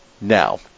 now